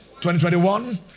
2021